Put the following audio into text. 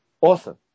awesome